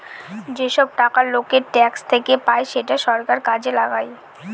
যেসব টাকা লোকের ট্যাক্স থেকে পায় সেটা সরকার কাজে লাগায়